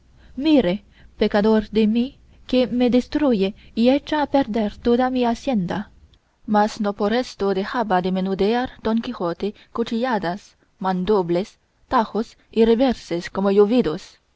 mire pecador de mí que me destruye y echa a perder toda mi hacienda mas no por esto dejaba de menudear don quijote cuchilladas mandobles tajos y reveses como